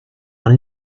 one